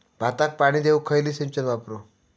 भाताक पाणी देऊक खयली सिंचन वापरू?